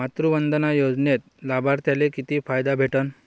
मातृवंदना योजनेत लाभार्थ्याले किती फायदा भेटन?